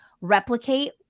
replicate